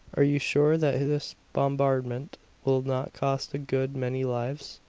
are you sure that this bombardment will not cost a good many lives?